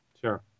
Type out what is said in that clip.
Sure